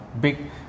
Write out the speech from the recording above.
big